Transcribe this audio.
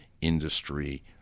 Industry